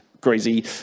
crazy